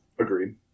Agreed